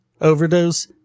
overdose